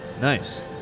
nice